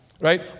Right